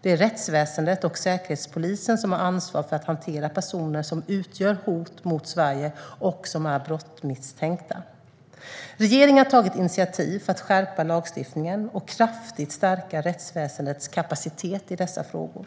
Det är rättsväsendet och Säkerhetspolisen som har ansvar för att hantera personer som utgör hot mot Sverige och som är brottsmisstänkta. Regeringen har tagit initiativ för att skärpa lagstiftningen och kraftigt stärka rättsväsendets kapacitet i dessa frågor.